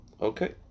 okay